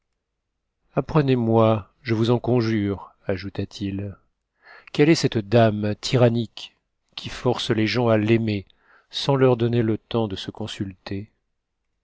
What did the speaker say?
apprenez-moi je vous en conjure ajouta t it quelle est cette dame tyrannique qui force les gens à l'aimer sans leur donner le temps de se consulter